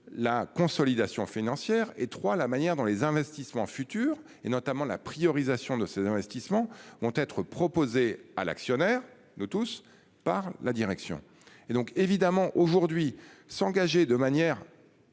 la consolidation financière et trois, la manière dont les investissements futurs et notamment la priorisation de ces investissements ont être proposé à l'actionnaire nous tous par la direction et donc évidemment aujourd'hui s'engager de manière.